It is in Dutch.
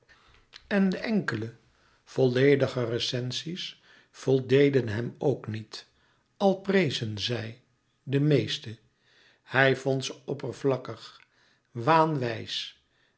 en de enkele vollediger recensies voldeden hem ook niet al prezen zij de meeste hij vond ze oppervlakkig